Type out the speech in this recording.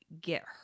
get